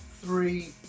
Three